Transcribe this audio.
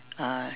uh